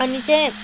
अनि चाहिँ